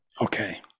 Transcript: okay